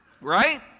right